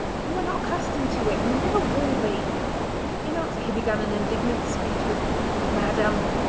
you are not accustomed to it and you never will be in answer he began an indignant speech with madam!